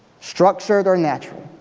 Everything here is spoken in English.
structured or natural.